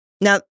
Now